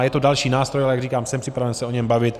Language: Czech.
Je to další nástroj, jak říkám, jsem připraven se o něm bavit.